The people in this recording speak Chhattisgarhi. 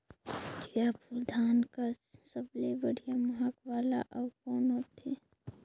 जीराफुल धान कस सबले बढ़िया महक वाला अउ कोन होथै?